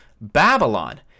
Babylon